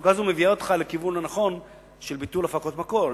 המצוקה הזאת מביאה אותך לכיוון לא נכון של ביטול הפקות מקור.